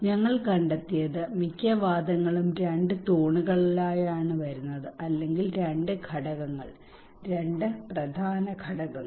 ഞങ്ങൾ കണ്ടെത്തിയത് മിക്ക വാദങ്ങളും രണ്ട് തൂണുകളിലായാണ് വരുന്നത് അല്ലെങ്കിൽ രണ്ട് ഘടകങ്ങൾ രണ്ട് പ്രധാന ഘടകങ്ങൾ